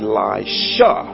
Elisha